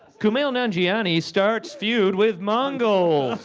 kumail nanjiani starts feud with mongols.